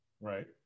Right